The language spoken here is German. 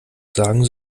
sagen